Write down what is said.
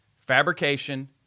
fabrication